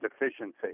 deficiency